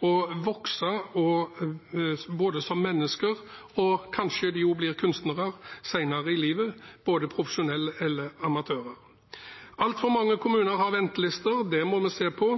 og som både får vokse som menneske og kanskje også blir kunstnere senere i livet, enten som profesjonelle eller som amatører. Altfor mange kommuner har ventelister. Det må vi se på